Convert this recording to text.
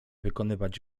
wykonywać